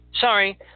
Sorry